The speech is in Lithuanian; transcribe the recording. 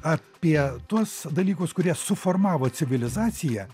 apie tuos dalykus kurie suformavo civilizaciją